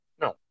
No